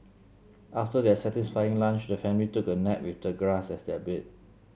after their satisfying lunch the family took a nap with the grass as their bed